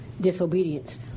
disobedience